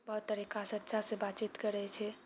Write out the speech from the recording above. बहुत तरीकासँ अच्छासँ बातचीत करै छै